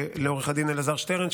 לעו"ד אלעזר שטרן,